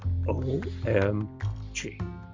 OMG